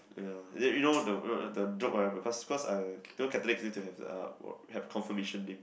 ya you know the the joke right because because I you know Catholics need to have uh confirmation name